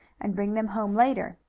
and bring them home later.